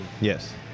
Yes